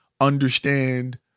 understand